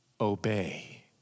obey